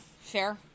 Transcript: fair